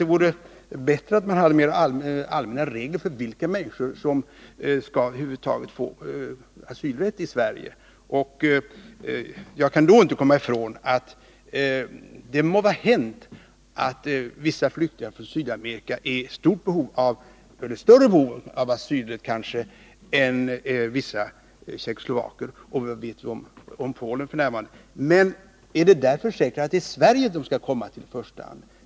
Det vore bättre att ha mer allmänna regler för vilka människor som skall få asylrätt i Sverige. Och det må vara hänt att vissa Nr 124 flyktingar från Sydamerika är i större behov av asylrätt än vissa tjeckoslovaker och kanske också f. n. människor från Polen, men är det därför säkert att det är till Sverige de skall komma i första hand?